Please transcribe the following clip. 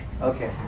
Okay